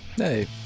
Hey